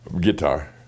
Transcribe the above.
Guitar